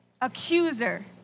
accuser